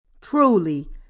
Truly